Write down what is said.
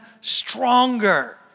stronger